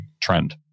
trend